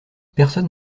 personne